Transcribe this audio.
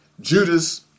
Judas